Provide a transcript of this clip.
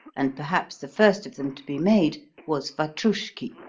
and perhaps the first, of them to be made was vatroushki,